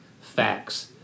facts